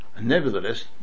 Nevertheless